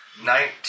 nineteen